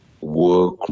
work